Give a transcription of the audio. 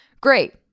Great